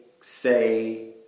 say